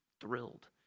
thrilled